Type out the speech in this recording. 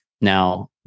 Now